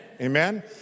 Amen